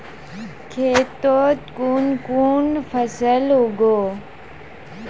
खेतीत कुन कुन फसल उगेई?